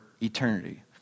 eternity